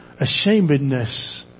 ashamedness